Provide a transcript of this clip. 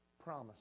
promise